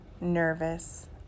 nervous